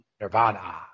Nirvana